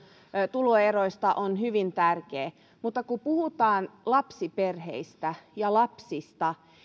tuloeroista on hyvin tärkeä mutta kun puhutaan lapsiperheistä ja lapsista